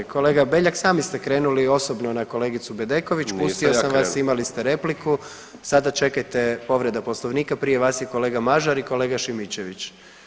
Kolega Beljak sami ste krenuli osobno na kolegicu Bedeković [[Upadica: Nisam ja krenuo.]] pustio sam vas, imali ste repliku, sada čekajte povreda Poslovnika, prije vas je kolega Mažar i kolega Šimičević.